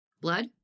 Blood